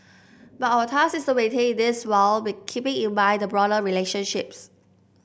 but our task is to maintain this while keeping in mind the broader relationships